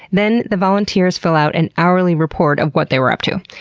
then the volunteers fill out an hourly report of what they were up to.